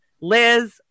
Liz